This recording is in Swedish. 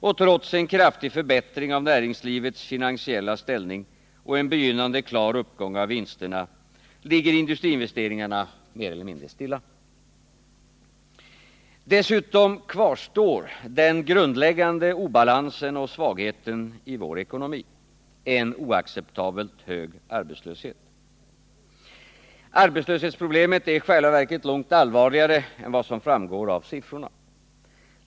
Och trots en kraftig förbättring av näringslivets finansiella ställning och en begynnande klar uppgång av vinsterna ligger industriinvesteringarna mer eller mindre stilla. Dessutom kvarstår den grundläggande obalansen och svagheten i vår ekonomi — en oacceptabelt hög arbetslöshet. Arbetslöshetsproblemet är i själva verket långt allvarligare än vad som framgår av siffrorna.